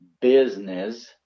business